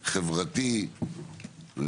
חברתי,